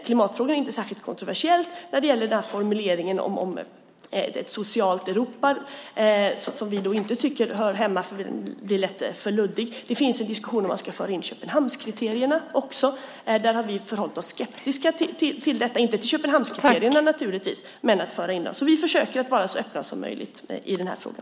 Klimatfrågorna är inte kontroversiella, men det gäller till exempel formuleringen om ett socialt Europa, som vi inte tycker är på sin plats; den är för luddig. Det finns en diskussion om man ska föra in Köpenhamnskriterierna också. Där har vi förhållit oss skeptiska - inte till Köpenhamnskriterierna naturligtvis, utan till att föra in dem. Vi försöker att vara så öppna som möjligt i frågan.